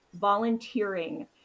volunteering